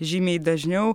žymiai dažniau